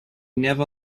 never